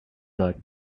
that